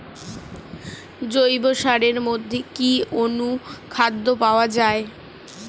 জৈব সারের মধ্যে কি অনুখাদ্য পাওয়া যায়?